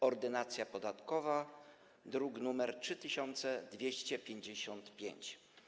Ordynacja podatkowa, druk nr 3255.